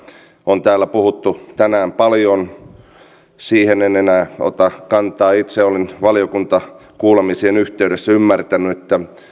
on täällä puhuttu tänään paljon niihin en enää ota kantaa itse olen valiokuntakuulemisien yhteydessä ymmärtänyt että